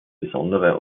besondere